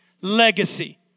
Legacy